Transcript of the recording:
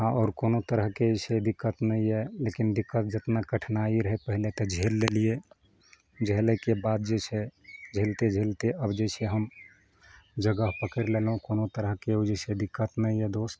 आ आओर कोनो तरहके जे छै दिक्कत नहि यऽ लेकिन दिक्कत जेतने कठिनाइ रहै पहिले तऽ झेल लेलियै झेलैके बाद जे छै झेलते झेलते अब जे छै हम जगह पकड़ि लेलहुँ कोनो तरहक क्यौ जे छै दिक्कत नहि यऽ दोस्त